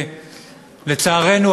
ולצערנו,